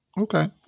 Okay